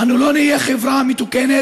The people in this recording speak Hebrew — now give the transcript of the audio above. אנו לא נהיה חברה מתוקנת,